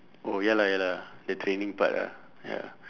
oh ya lah ya lah the training part ah ya